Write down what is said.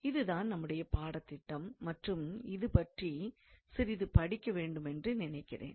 இது தான் நம்முடைய பாடத்திட்டம் மற்றும் இதைப்பற்றி சிறிது படிக்க வேண்டுமென்று நினைக்கிறேன்